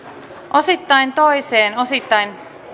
osittain toiseen osittain